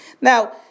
Now